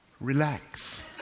relax